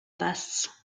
this